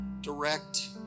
direct